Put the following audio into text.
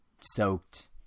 soaked